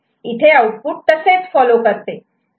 इथे आउटपुट तसेच फॉलो करते